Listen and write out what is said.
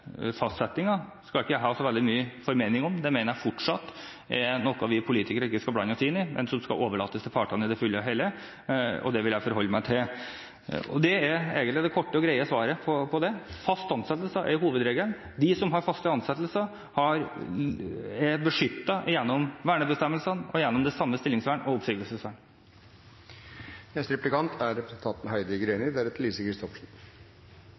skal ikke jeg ha så veldig mye formening om. Det mener jeg fortsatt er noe vi politikere ikke skal blande oss inn i, men overlate til partene i det fulle og hele, og det vil jeg forholde meg til. Det er egentlig det korte og greie svaret på det: Fast ansettelse er hovedregelen. Den som har fast ansettelse, er beskyttet gjennom vernebestemmelsene og gjennom det samme